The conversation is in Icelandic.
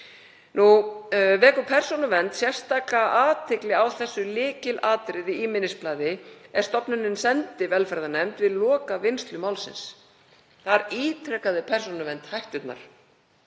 Vekur Persónuvernd sérstaka athygli á þessu lykilatriði í minnisblaði er stofnunin sendi velferðarnefnd við lokavinnslu málsins. Þar ítrekaði Persónuvernd hætturnar.